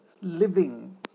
living